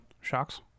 shocks